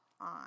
on